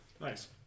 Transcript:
Nice